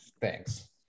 thanks